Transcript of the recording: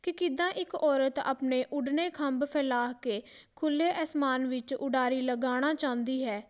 ਕਿ ਕਿੱਦਾਂ ਇੱਕ ਔਰਤ ਆਪਣੇ ਉੱਡਣੇ ਖੰਭ ਫੈਲਾ ਕੇ ਖੁੱਲ੍ਹੇ ਅਸਮਾਨ ਵਿੱਚ ਉਡਾਰੀ ਲਗਾਉਣਾ ਚਾਹੁੰਦੀ ਹੈ